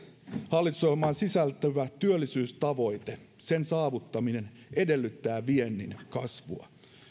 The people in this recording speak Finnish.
hallitusohjelmaan sisältyvä työllisyystavoitteen saavuttaminen edellyttää viennin kasvua